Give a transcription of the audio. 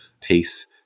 piece